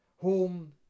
home